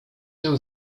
się